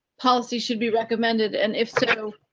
policy should be recommended and if so.